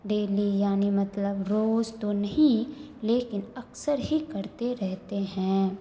daily یعنی مطلب روز تو نہیں لیکن اکثر ہی کرتے رہتے ہیں